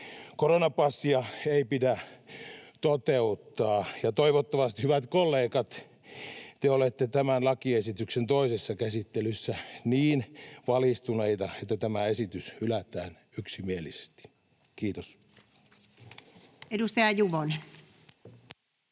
Koronapassia ei pidä toteuttaa, ja toivottavasti, hyvät kollegat, olette tämän lakiesityksen toisessa käsittelyssä niin valistuneita, että tämä esitys hylätään yksimielisesti. — Kiitos. [Speech